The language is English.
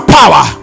power